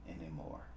anymore